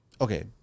okay